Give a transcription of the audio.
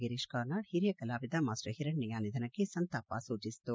ಗಿರೀಶ್ ಕಾರ್ನಾಡ್ ಹಿರಿಯ ಕಲಾವಿದ ಮಾಸ್ವರ್ ಹಿರಣ್ಣಯ್ಕ ನಿಧನಕ್ಕೆ ಸಂತಾಪ ಸೂಜಿಸಿತು